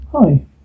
Hi